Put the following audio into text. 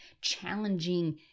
challenging